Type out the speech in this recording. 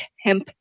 hemp